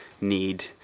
need